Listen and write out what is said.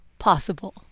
possible